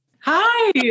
Hi